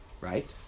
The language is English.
right